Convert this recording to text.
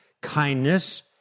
kindness